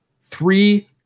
three